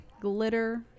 glitter